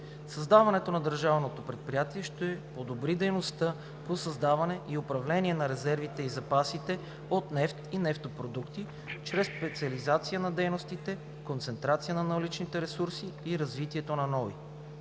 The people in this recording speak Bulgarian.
Създаването на държавното предприятие ще подобри дейността по създаване и управление на резервите и запасите от нефт и нефтопродукти чрез специализация на дейностите, концентрация на наличните ресурси и развитието на нови.